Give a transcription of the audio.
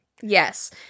Yes